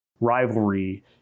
rivalry